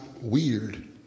weird